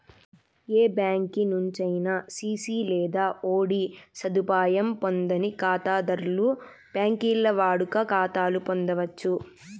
ఏ బ్యాంకి నుంచైనా సిసి లేదా ఓడీ సదుపాయం పొందని కాతాధర్లు బాంకీల్ల వాడుక కాతాలు పొందచ్చు